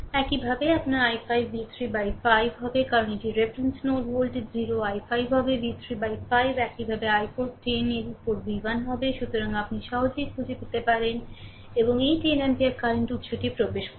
একইভাবে আপনার i5 v 3 by 5 হবে কারণ এটি রেফারেন্স নোড ভোল্টেজ 0 i5 হবে v 3 বাই5 একইভাবে i4 10 এর উপর v1 হবে সহজেই আপনি খুঁজে পেতে পারেন এবং এই 10 অ্যাম্পিয়ার কারেন্ট উত্সটি প্রবেশ করছে